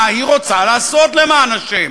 מה היא רוצה לעשות, למען השם?